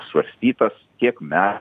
svarstytas tiek me